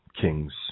kings